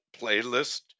playlist